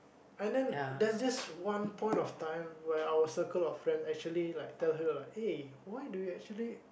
and then there's this one point of time where our circle of friend actually like tell her like why do you actually